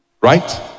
Right